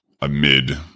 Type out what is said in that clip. amid